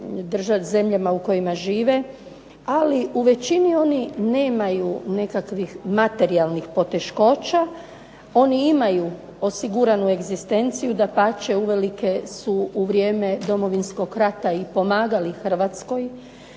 novim zemljama u kojima žive, ali u većini oni nemaju nekakvih materijalnih poteškoća. Oni imaju osiguranu egzistenciju, dapače uvelike su u vrijeme Domovinskog rata i pomagali Hrvatskoj,